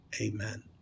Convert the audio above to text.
amen